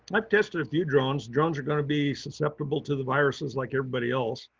i've tested a few drones. drones are going to be susceptible to the viruses like everybody else.